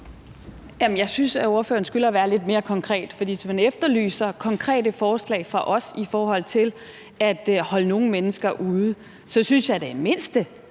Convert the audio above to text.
jeg synes, at ordføreren skylder at være lidt mere konkret, for hvis man efterlyser konkrete forslag fra os i forhold til at holde nogle mennesker ude, synes jeg da i det mindste,